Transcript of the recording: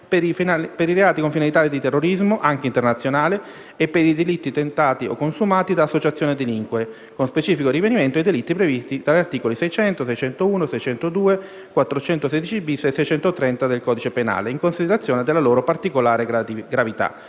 per i reati con finalità di terrorismo, anche internazionale, e per i delitti tentati o consumati da associazioni a delinquere, con specifico riferimento ai delitti previsti dagli articoli 600, 601, 602, 416*-bis* e 630 del codice penale, in considerazione della loro particolare gravità.